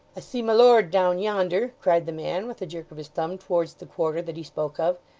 i see my lord down yonder cried the man, with a jerk of his thumb towards the quarter that he spoke of,